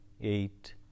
eight